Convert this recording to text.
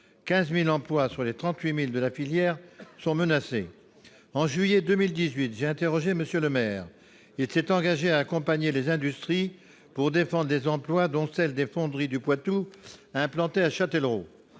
15 000 emplois, sur les 38 000 de la filière, qui sont menacés. En juillet 2018, j'ai interrogé M. Le Maire. Il s'est engagé à accompagner les industries pour défendre les emplois, dont les Fonderies du Poitou, implantées à Châtellerault.